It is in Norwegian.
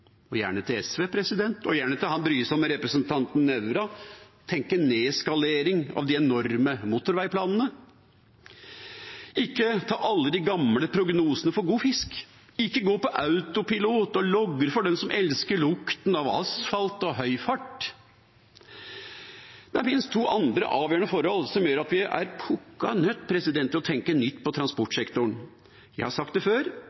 og gjerne til SV, president, og gjerne til han brysomme representanten Nævra, og tenke nedskalering av de enorme motorveiplanene, ikke ta alle de gamle prognosene for god fisk, og ikke gå på autopilot og logre for dem som elsker lukten av asfalt og høy fart? Det finnes to andre avgjørende forhold som gjør at vi er pukka nødt til å tenke nytt innen transportsektoren. Jeg har sagt det før,